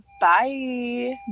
bye